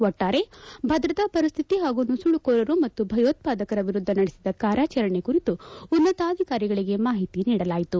ಒಟ್ಟಾರೆ ಭದ್ರತಾ ಪರಿಸ್ವಿತಿ ಹಾಗೂ ನುಸುಳುಕೋರರು ಮತ್ತು ಭಯೋತ್ಪಾದಕರ ವಿರುದ್ದ ನಡೆಸಿದ ಕಾರ್ಯಾಚರಣೆ ಕುರಿತು ಉನ್ನತಾಧಿಕಾರಿಗಳಿಗೆ ಮಾಹಿತಿ ನೀಡಲಾಯಿತು